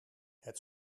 het